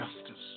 justice